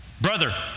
brother